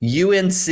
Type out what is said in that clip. UNC